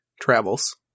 travels